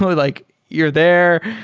like you're there.